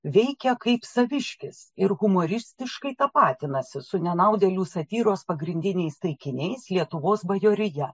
veikia kaip saviškis ir humoristiškai tapatinasi su nenaudėlių satyros pagrindiniais taikiniais lietuvos bajorija